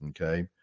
Okay